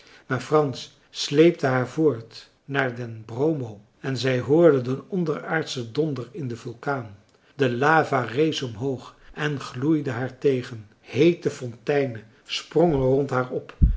maar frans sleepte haar voort naar den bromo en zij hoorde den onderaardschen donder in den vulkaan de lava rees omhoog en gloeide haar tegen heete fonteinen sprongen rond haar op